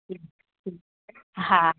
हा